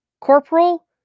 corporal